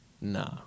nah